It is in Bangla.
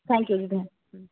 থ্যাঙ্ক ইউ দিদি হুঁ